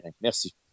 Merci